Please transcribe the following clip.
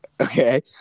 Okay